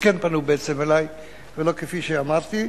אז כן פנו אלי בעצם, ולא כפי שאמרתי.